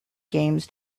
games